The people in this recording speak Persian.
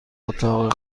اتاق